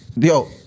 yo